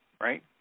right